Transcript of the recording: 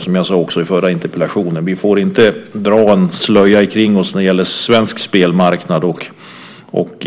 Som jag sade också i förra interpellationsdebatten får vi inte dra en slöja omkring oss när det gäller svensk spelmarknad och